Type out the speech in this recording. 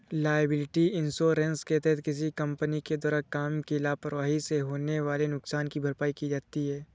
liability insurance के तहत किसी कंपनी के द्वारा काम की लापरवाही से होने वाले नुकसान की भरपाई की जाती है